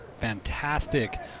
fantastic